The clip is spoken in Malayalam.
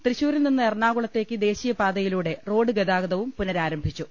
തൃശൂരിൽ നിന്ന് എറണാകുളത്തേക്ക് ദേശീയ പാതയിലൂടെ റോഡ് ഗതാഗതവും പുനരാരംഭിച്ചു